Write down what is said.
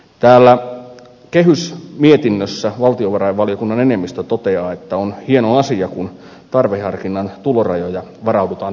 täällä kehysmietinnössä valtiovarainvaliokunnan enemmistö toteaa että on hieno asia kun tarveharkinnan tulorajoja varaudutaan tarkistamaan